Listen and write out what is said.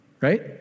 right